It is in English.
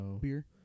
beer